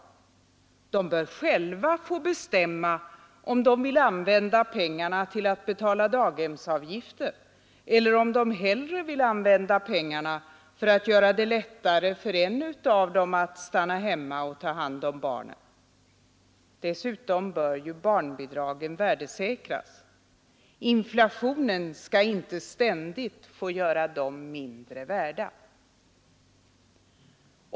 Föräldrarna bör själva få bestämma om de skall använda pengarna till att betala daghemsavgifter eller om de hellre vill använda pengarna för att göra det lättare för en av dem att stanna hemma och ta hand om barnen. Dessutom bör barnbidragen värdesäkras. Inflationen skall inte ständigt få göra dem mindre värda.